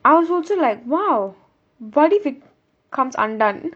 I was also like !wow! what if it comes undone